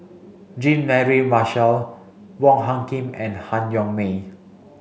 Jean Mary Marshall Wong Hung Khim and Han Yong May